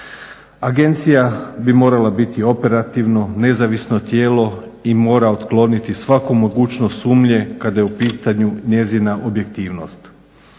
Agencija bi morala biti operativno, nezavisno tijelo i mora otkloniti svaku mogućnost sumnje kada je u pitanju njezina objektivnost.